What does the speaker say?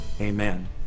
Amen